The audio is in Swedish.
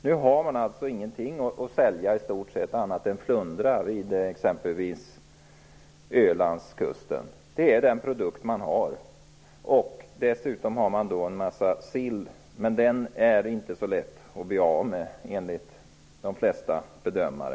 Nu har man i stort sett ingenting att sälja annat än flundra vid exempelvis Ölandskusten. Det är den produkt man har. Dessutom har man en massa sill, men den är inte så lätt att bli av med enligt de flesta bedömare.